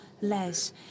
less